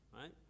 right